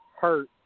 hurt